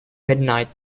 midnight